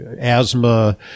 asthma